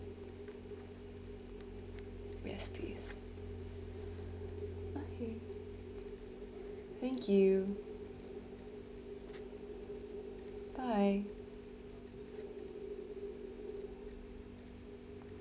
yes please bye thank you bye